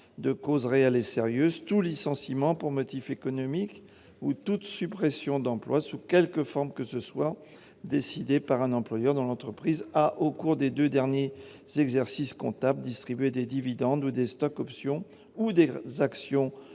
de cause réelle et sérieuse tout licenciement pour motif économique ou toute suppression d'emploi sous quelque forme que ce soit, décidé par un employeur dont l'entreprise a, au cours des deux derniers exercices comptables, distribué des dividendes ou des stock-options ou des actions